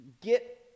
get